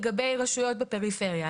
לגבי רשויות בפריפריה,